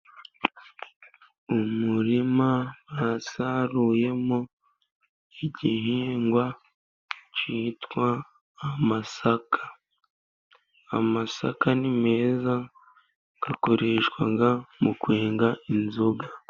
Umurima basaruyemo igihingwa cyitwa amasaka. Amasaka ni meza akoreshwa mu kwenga inzoga.